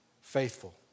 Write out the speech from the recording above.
faithful